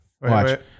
Watch